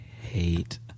hate